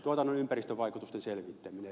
tuotannon ympäristövaikutusten selvittäminen